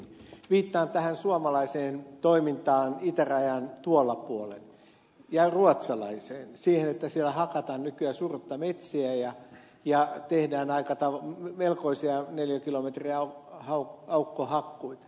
viittaan tähän suomalaiseen toimintaan itärajan tuolla puolen ja ruotsalaiseen siihen että siellä hakataan nykyään surutta metsiä ja tehdään melkoisia neliökilometrejä aukkohakkuita